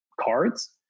cards